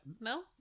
no